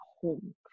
home